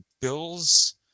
bills